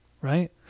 right